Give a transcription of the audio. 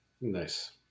nice